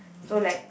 so like